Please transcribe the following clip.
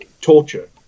torture